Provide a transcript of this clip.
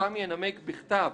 אותם ינמק בכתב."